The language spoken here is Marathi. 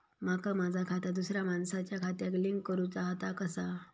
माका माझा खाता दुसऱ्या मानसाच्या खात्याक लिंक करूचा हा ता कसा?